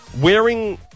wearing